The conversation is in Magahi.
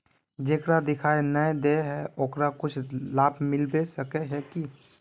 जेकरा दिखाय नय दे है ओकरा कुछ लाभ मिलबे सके है की?